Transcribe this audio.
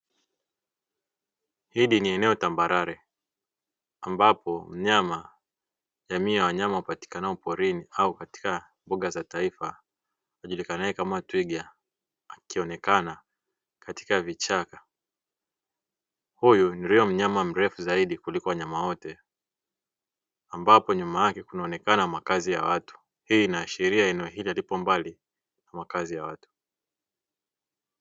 Hili ni eneo tambarare ambapo mnyama jamii ya wanyama wappatikanao porini, au katika mbuga za taifa na yeye kama twiga akionekana katika vichaka huyu niliyomnyama mrefu zaidi kuliko wanyama wote ambapo nyuma yake, kunaonekana makazi ya watu hiyo inaashiria eneo hili alipo mbali na makazi ya watu.